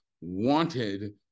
wanted